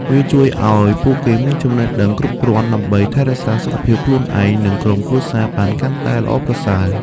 វាជួយឲ្យពួកគេមានចំណេះដឹងគ្រប់គ្រាន់ ដើម្បីថែរក្សាសុខភាពខ្លួនឯង និងក្រុមគ្រួសារបានកាន់តែល្អប្រសើរ។